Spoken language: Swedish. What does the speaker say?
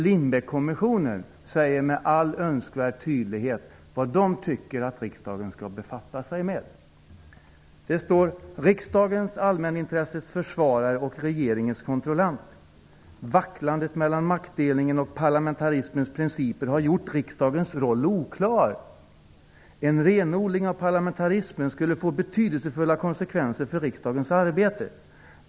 Lindbeckkommissionen säger med all önskvärd tydlighet vad den tycker att riksdagen skall befatta sig med. Det står att riksdagen är allmänintressets försvarare och regeringens kontrollant. Vacklandet mellan maktdelningen och parlamentarismens principer har gjort riksdagens roll oklar. En renodling av parlamentarismen skulle få betydelsefulla konsekvenser för riksdagens arbete.